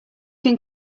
can